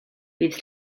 bydd